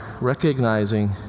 recognizing